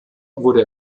wurde